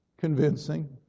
convincing